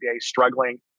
struggling